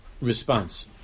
response